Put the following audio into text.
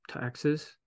taxes